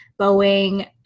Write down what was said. Boeing